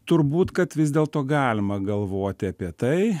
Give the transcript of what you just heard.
turbūt kad vis dėlto galima galvoti apie tai